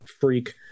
freak